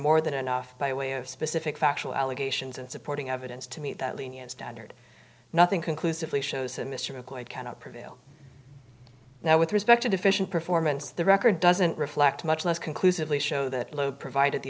more than enough by way of specific factual allegations and supporting evidence to meet that lenient standard nothing conclusively shows that mr mccloy cannot prevail now with respect to deficient performance the record doesn't reflect much less conclusively show that lho provided the